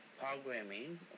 Programming